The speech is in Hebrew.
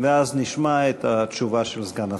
ואז נשמע את התשובה של סגן השר.